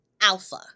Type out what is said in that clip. alpha